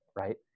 right